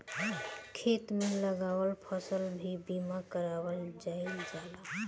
खेत में लागल फसल के भी बीमा कारावल जाईल जाला